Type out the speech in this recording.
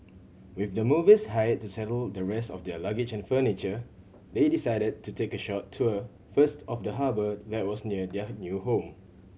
with the movers hired to settle the rest of their luggage and furniture they decided to take a short tour first of the harbour that was near their new home